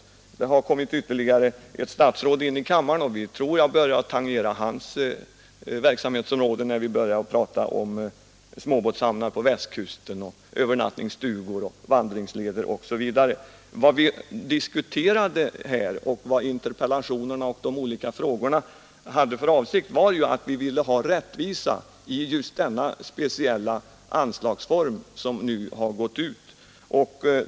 Det har kommit ytterligare ett statsråd — herr Bengtsson — in i kammaren, och vi tangerar väl hans verksamhetsområde när vi börjar prata om småbåtshamnar på Västkusten, övernattningsstugor, vandringsleder osv. Vad vi diskuterat och vad de olika interpellationerna och frågorna har syftat till är ju att vi ville ha rättvisa i just denna speciella anslagsform.